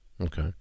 Okay